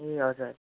ए हजुर